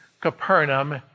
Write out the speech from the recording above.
Capernaum